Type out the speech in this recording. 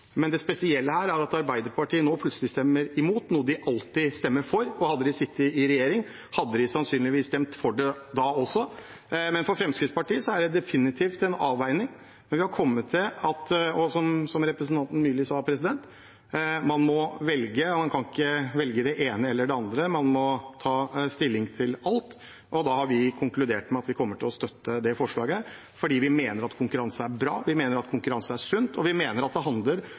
Det spesielle her er at Arbeiderpartiet nå plutselig stemmer imot noe de alltid stemmer for. Hadde de sittet i regjering, hadde de sannsynligvis stemt for det. For Fremskrittspartiet er det definitivt en avveining, men vi har kommet til, som representanten Myrli sa, at man må velge. Man kan ikke velge det ene eller det andre, man må ta stilling til alt. Da har vi konkludert med at vi kommer til å støtte det forslaget, fordi vi mener at konkurranse er bra, vi mener at konkurranse er sunt, og vi mener at det handler